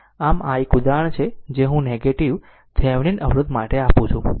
આમ આ એક ઉદાહરણ છે જે હું નેગેટીવ થેવેનિન અવરોધ માટે આપું છું